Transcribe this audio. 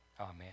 Amen